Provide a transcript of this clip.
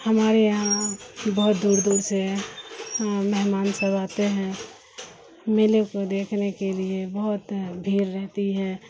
ہمارے یہاں بہت دور دور سے مہمان سب آتے ہیں میلے کو دیکھنے کے لیے بہت بھیڑ رہتی ہے